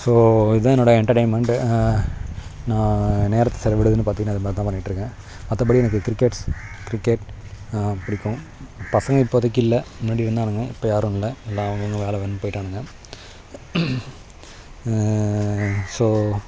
so இதான் என்னோடய entertainment நான் நேரத்ததை செலவிடுறதுனு பார்த்திங்கன்னா இது மாதிரி தான் பண்ணிகிட்டு இருக்கேன் மற்றபடி எனக்கு கிரிக்கெட்ஸ் கிரிக்கெட் பிடிக்கும் பசங்கள் இப்போதைக்கி இல்லை முன்னாடி இருந்தானுங்கள் இப்போ யாரும் இல்லை எல்லாம் அவங்க அவங்க வேலை வேலைனு போயிட்டானுங்க ஸோ